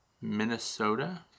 Minnesota